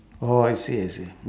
orh I see I see